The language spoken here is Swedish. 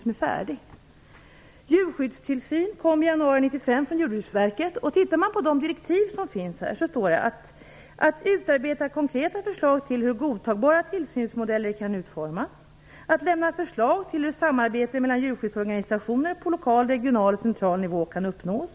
Utredningsbetänkandet Djurskyddstillsyn kom i januari 1995 från Jordbruksverket. I direktiven stod att utredningen skulle utarbeta konkreta förslag till hur godtagbara tillsynsmodeller kan utformas och lägga fram förslag om hur samarbetet mellan djurskyddsorganisationer på lokal, regional och central nivå skall kunna uppnås.